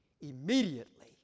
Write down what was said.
immediately